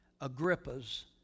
Agrippa's